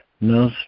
no